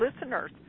listeners